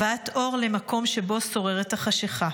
הבאת אור למקום שבו שוררת החשכה.